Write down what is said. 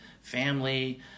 family